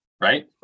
right